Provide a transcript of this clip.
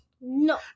No